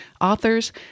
authors